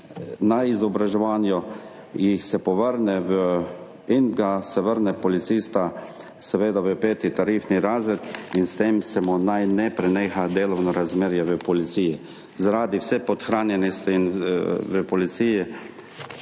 na izobraževanju, se jih povrne in se vrne policista v V. tarifni razred, in s tem mu naj ne preneha delovno razmerje v policiji. Zaradi vse podhranjenosti v policiji